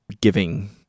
giving